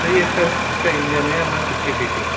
سر یہ اس کا اس کا انجن ہے ون سکسٹی سی سی